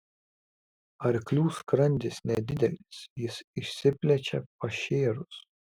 arklių skrandis nedidelis jis išsiplečia peršėrus